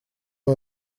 всё